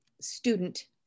student